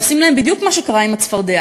ועושים להם בדיוק מה שקרה עם הצפרדע.